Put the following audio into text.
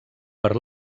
per